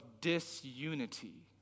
disunity